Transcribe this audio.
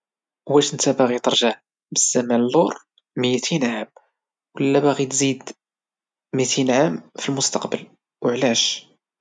واش نتا باغي ترجع بسنة اللور ميتين عام ولا باغي تزيد ميتين عام فالمستقبل وعلاش؟